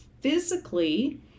physically